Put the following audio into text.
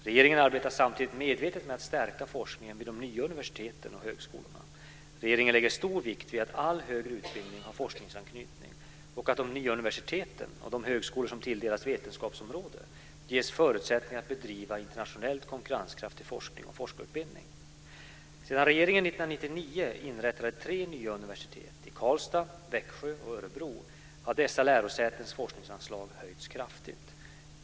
Regeringen arbetar samtidigt medvetet med att stärka forskningen vid de nya universiteten och högskolorna. Regeringen lägger stor vikt vid att all högre utbildning har forskningsanknytning och att de nya universiteten och de högskolor som tilldelats vetenskapsområde ges förutsättningar att bedriva internationellt konkurrenskraftig forskning och forskarutbildning. Sedan regeringen 1999 inrättade tre nya universitet i Karlstad, Växjö och Örebro, har dessa lärosätens forskningsanlag höjts kraftigt.